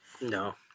No